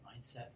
mindset